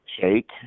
Shake